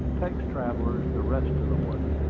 takes travellers the rest of the way.